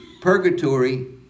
Purgatory